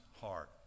heart